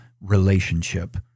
relationship